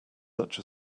such